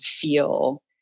feel